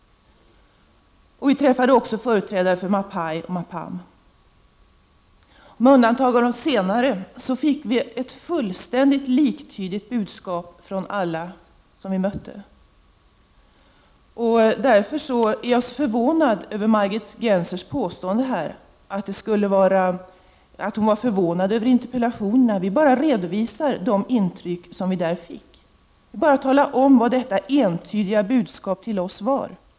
Vi träffade också företrädare för Mapai och Mapam. Med undantag av de senare fick vi ett fullständigt liktydigt budskap från alla som vi mötte. Därför är jag förvånad över Margit Gennsers påstående här. Hon var ju förvånad över interpellationerna. Men vi redovisar bara de intryck som vi fick. Vi talar bara om vad det entydiga budskapet till oss var.